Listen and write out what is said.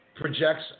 Projects